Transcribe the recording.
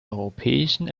europäischen